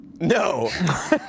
No